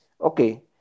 okay